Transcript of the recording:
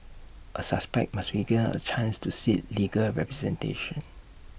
A suspect must be given A chance to seek legal representation